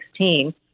2016